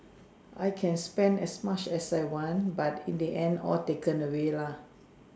I can spend as much as I want but in the end all taken away lah